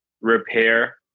repair